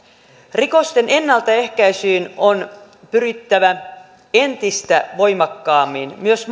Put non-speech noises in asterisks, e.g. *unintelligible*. rikosten ennaltaehkäisyyn on pyrittävä entistä voimakkaammin myös *unintelligible*